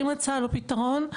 והיא מצאה לו פתרון.